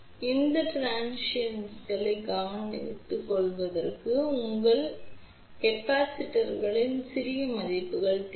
எனவே இந்த டிரான்சிஷன்களை கவனித்துக்கொள்வதற்கு உங்களுக்கு மின்தேக்கங்களின் சிறிய மதிப்புகள் தேவை